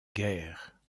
guerre